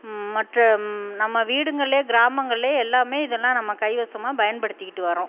மற்ற நம்ம வீடுங்கள்ல கிராமங்கள்ல எல்லாமே இதெல்லாம் நம்ம கைவசமாக பயன்படுத்திக்கிட்டு வரோம்